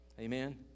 Amen